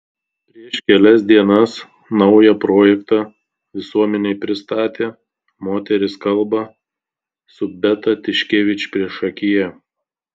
prieš kelias dienas naują projektą visuomenei pristatė moterys kalba su beata tiškevič priešakyje